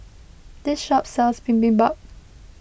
this shop sells Bibimbap